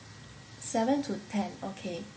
seven to ten okay